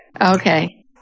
Okay